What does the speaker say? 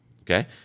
Okay